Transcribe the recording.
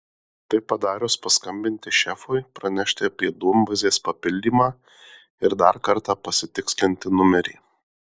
tai padarius paskambinti šefui pranešti apie duombazės papildymą ir dar kartą pasitikslinti numerį